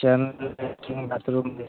kitchen भी बाथरूमके बेबस्था हय